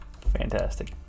Fantastic